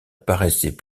paraissait